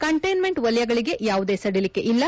containment ವಲಯಗಳಿಗೆ ಯಾವುದೇ ಸಡಿಲಿಕೆ ಇಲ್ಲ